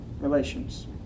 relations